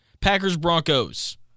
Packers-Broncos